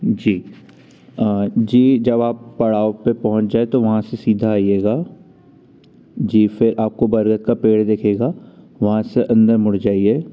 जी जी आप पड़ाव पे पहुँच जाए तो वहाँ से सीधा आइएगा जी फिर आपको बरगद का पेड़ दिखेगा वहाँ से अंदर मुड़ जाइए